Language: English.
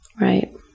Right